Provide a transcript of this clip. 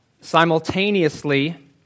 simultaneously